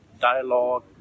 dialogue